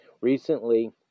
recently